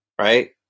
right